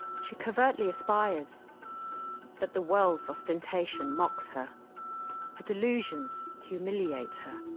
she covertly aspires but the world's ostentation mocks her. her delusions humiliates her.